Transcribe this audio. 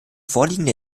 vorliegende